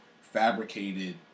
fabricated